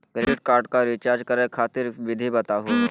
Credit card क recharge करै खातिर विधि बताहु हो?